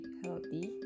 healthy